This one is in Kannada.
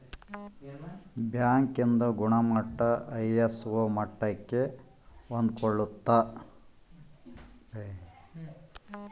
ಬ್ಯಾಂಕ್ ಇಂದು ಗುಣಮಟ್ಟ ಐ.ಎಸ್.ಒ ಮಟ್ಟಕ್ಕೆ ಹೊಂದ್ಕೊಳ್ಳುತ್ತ